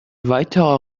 weiterer